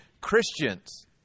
Christians